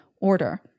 order